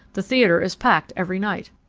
the theatre is packed every night.